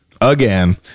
again